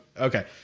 Okay